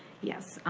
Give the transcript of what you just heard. yes.